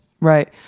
right